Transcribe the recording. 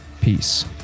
peace